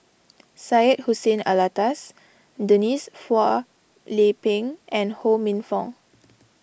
Syed Hussein Alatas Denise Phua Lay Peng and Ho Minfong